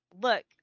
Look